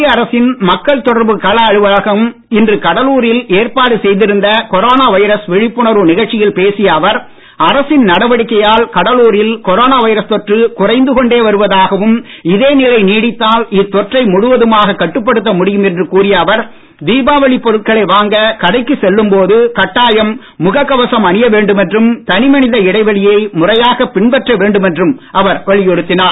மத்திய அரசு மக்கள் தொடர்பு கள அலுவலகம் இன்று கடலூரில் ஏற்பாடு செய்திருந்த கொரோனா வைரஸ் விழிப்புணர்வு நிகழ்ச்சியில் பேசிய அவர் அரசின் நடவடிக்கையால் கடலூரில் கொரோனா வைரஸ் தொற்று குறைந்து கொண்டே வருவதாகவும் இதே நிலை நீடித்தால் இத்தொற்றை முழுவதுமாக கட்டுப்படுத்த முடியும் என்று கூறிய அவர் தீபாவளி பொருட்களை வாங்க கடைக்கு செல்லும்பொழுது அணியவேண்டும் என்றும் தனிமனித கட்டாயம் ழுகக் கவசம் இடைவெளியை முறையாக பின்பற்ற வேண்டும் என்றும் அவர் வலியுறுத்தினார்